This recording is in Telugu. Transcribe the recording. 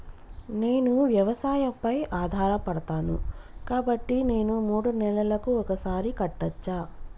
నేను వ్యవసాయం పై ఆధారపడతాను కాబట్టి నేను మూడు నెలలకు ఒక్కసారి కట్టచ్చా?